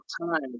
time